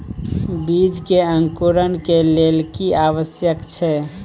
बीज के अंकुरण के लेल की आवश्यक छै?